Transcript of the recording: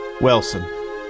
Wilson